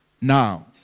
Now